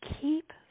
Keep